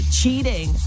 cheating